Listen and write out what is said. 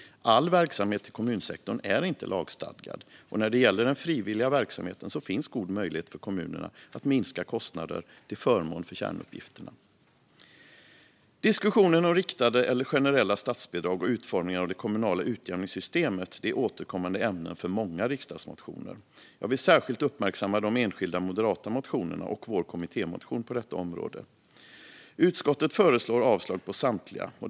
All verksamhet i kommunsektorn är inte lagstadgad. Och när det gäller den frivilliga verksamheten finns god möjlighet för kommunerna att minska kostnader till förmån för kärnuppgifterna. Diskussionen om riktade eller generella statsbidrag och utformningen av det kommunala utjämningssystemet är återkommande ämnen för många riksdagsmotioner. Jag vill särskilt uppmärksamma de enskilda moderata motionerna och vår kommittémotion på detta område. Utskottet föreslår avslag på samtliga.